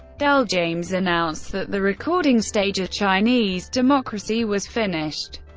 del james announced that the recording stage of chinese democracy was finished,